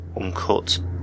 uncut